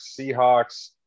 Seahawks